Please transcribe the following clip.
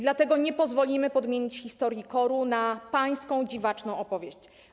Dlatego nie pozwolimy podmienić historii KOR na pańską dziwaczną opowieść.